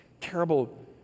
terrible